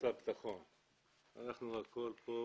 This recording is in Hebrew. במשרד הביטחון, אנחנו הכול פה